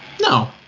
No